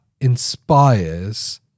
inspires